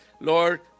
Lord